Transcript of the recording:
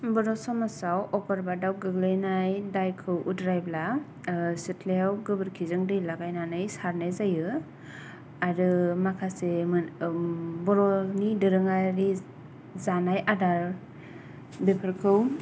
बर' समाजाव अगरबादआव गोग्लैनाय दायखौ उद्रायब्ला सिथ्लाआव गोबोरखि जों दै लागायनानै सारनाय जायो आरो माखासे मोन बर'नि दोरोङारि जानाय आदार बेफोरखौ